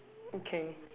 okay